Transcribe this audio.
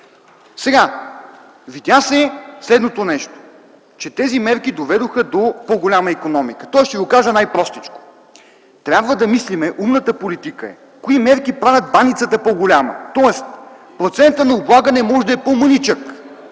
Сега се видя, че тези мерки доведоха до по-голяма икономика. Той си го каза най-простичко. Трябва да мислим. Умната политика е - кои мерки правят „баницата” по-голяма. Тоест процентът на облагане може да е по-малък,